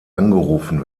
angerufen